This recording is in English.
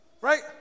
right